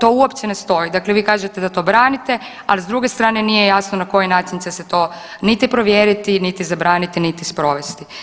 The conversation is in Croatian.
Dakle to uopće ne stoji, vi kažete da to branite, ali s druge strane nije jasno na koji način će se to niti provjeriti niti zabraniti niti spovesti.